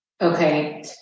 Okay